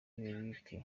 eric